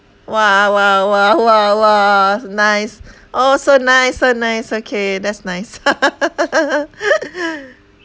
!wah! !wah! !wah! !wah! !wah! nice oh so nice so nice okay that's nice